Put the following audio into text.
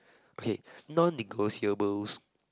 okay non negotiables